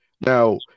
Now